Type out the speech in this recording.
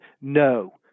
No